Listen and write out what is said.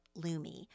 Lumi